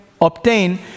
obtain